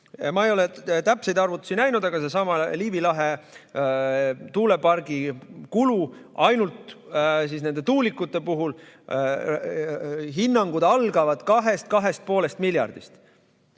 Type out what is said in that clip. Ma ei ole täpseid arvutusi näinud, aga sellesama Liivi lahe tuulepargi kulu ainult nende tuulikute puhul, hinnangud algavad 2 või 2,5 miljardist.